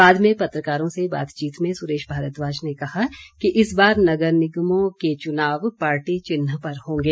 बाद में पत्रकारों से बातचीत में सुरेश भारद्वाज ने कहा कि इस बार नगर निगमों के चुनाव पार्टी चिन्ह पर होंगे